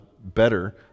better